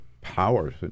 powers